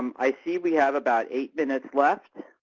um i see we have about eight minutes left